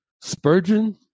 Spurgeon